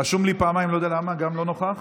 רשום לי פעמיים, לא יודע למה, גם לא נוכח,